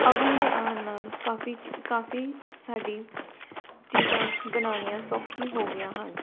oven ਦੇ ਆਉਣ ਨਾਲ ਕਾਫ਼ੀ ਚੀ ਕਾਫ਼ੀ ਸਾਡੀ ਚੀਜ਼ਾਂ ਬਣਾਉਣੀਆਂ ਸੌਖੀ ਹੋ ਗਈਆਂ ਹਨ